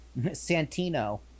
Santino